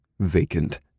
vacant